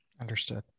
Understood